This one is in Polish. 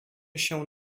się